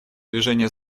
движения